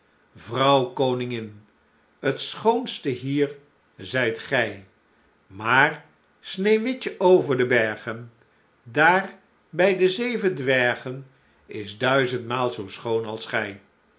vrouw koningin t schoonste hier zijt gij maar sneeuwwitje over de bergen daar bij de zeven dwergen is duizendmaal zoo schoon als